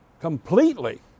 completely